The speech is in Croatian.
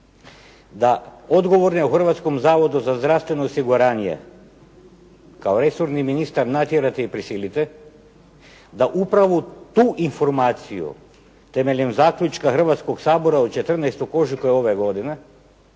da odgovorne u Hrvatskom zavodu za zdravstveno osiguranje kao resorni ministar natjerate i prisilite, da upravo tu informaciju temeljem zaključka Hrvatskoga sabora od 14. ožujka ove godine